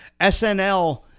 snl